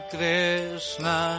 Krishna